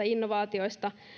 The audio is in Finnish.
innovaatioista